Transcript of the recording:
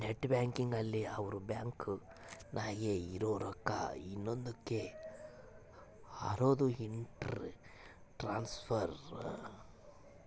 net banking ಅಲ್ಲಿ ಅವ್ರ bank ನಾಗೇ ಇರೊ ರೊಕ್ಕ ಇನ್ನೊಂದ ಕ್ಕೆ ಹಕೋದು ಇಂಟ್ರ ಟ್ರಾನ್ಸ್ಫರ್